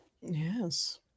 Yes